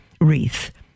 wreath